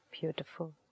Beautiful